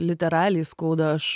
literaliai skauda aš